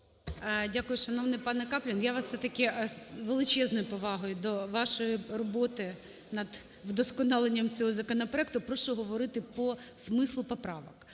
Дякую. Шановний пане Каплін, я вас все-таки, з величезною повагою до вашої роботи над вдосконаленням цього законопроекту, прошу говорити по смислу поправок.